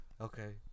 Okay